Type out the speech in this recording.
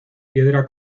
piedra